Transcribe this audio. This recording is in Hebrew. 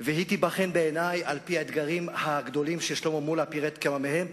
היא תיבחן בעיני על-פי האתגרים הגדולים ששלמה מולה פירט כמה מהם,